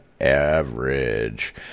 average